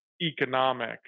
economic